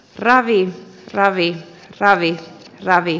ravit ravi kc ravi kc ravi